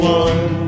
one